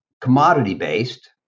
commodity-based